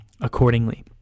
accordingly